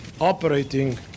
operating